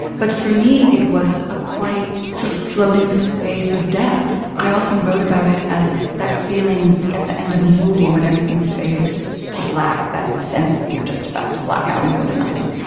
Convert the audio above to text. but for me it was ah quite a sort of floating space of death. i often wrote about it as that feeling at the end of a movie when everything fades to black, that sense that you're just about to black out and go to nothing.